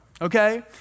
okay